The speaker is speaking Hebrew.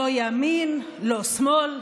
לא ימין, לא שמאל.